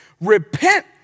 Repent